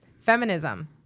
Feminism